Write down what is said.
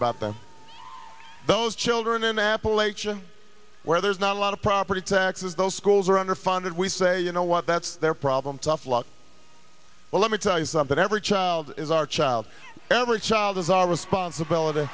about them those children in appalachian where there's not a lot of property taxes those schools are underfunded we say you know what that's their problem tough luck well let me tell you something every child is our child every child is our responsibility